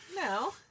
no